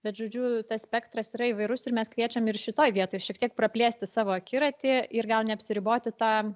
bet žodžiu tas spektras yra įvairus ir mes kviečiam ir šitoj vietoj šiek tiek praplėsti savo akiratį ir gal neapsiriboti tuo